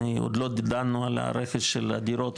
עוד לא דנו על הרכש של הדירות,